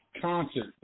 concert